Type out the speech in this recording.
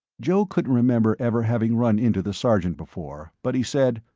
joe couldn't remember ever having run into the sergeant before, but he said,